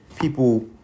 people